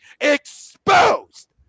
exposed